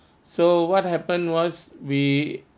so what happened was we